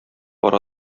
пар